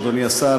אדוני השר,